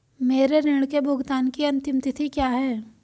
मेरे ऋण के भुगतान की अंतिम तिथि क्या है?